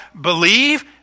believe